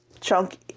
chunk